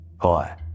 hi